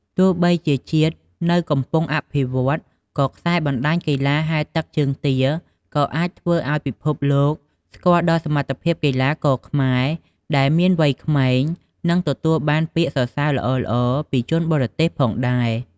ទោះបីជាជាតិនៅកំពុងអភិវឌ្ឍ ក៏ខ្សែបណ្ដាញកីឡាហែលទឹកជើងទាក៏អាចធ្វើឱ្យពិភពលោកស្គាល់ដល់សមត្ថភាពកីឡាករខ្មែរដែលមានវ័យក្មេង និងទទួលបានពាក្យសរសេីរល្អៗពីជនបរទេសផងដែរ។